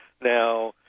now